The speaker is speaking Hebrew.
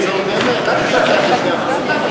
בבקשה.